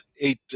eight